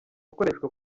gukoreshwa